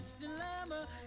dilemma